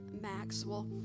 Maxwell